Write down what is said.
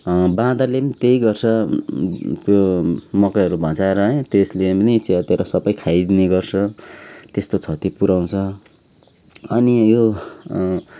बाँदरले पनि त्यही गर्छ त्यो मकैहरू भँच्चाएर है त्यसले पनि च्यातेर सबै खाइदिने गर्छ त्यस्तो क्षति पुराउँछ अनि यो